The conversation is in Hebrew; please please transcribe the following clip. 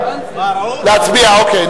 להצביע, אוקיי.